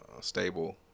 stable